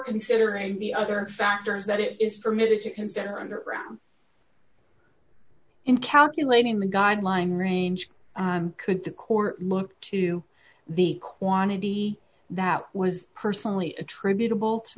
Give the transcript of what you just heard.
considering the other factors that it is permitted to consider underground in calculating the guideline range could the court look to the quantity that was personally attributable to